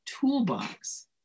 toolbox